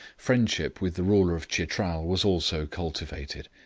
friendship with the ruler of chitral was also cultivated.